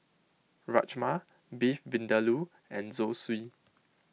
Rajma Beef Vindaloo and Zosui